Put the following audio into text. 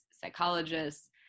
psychologists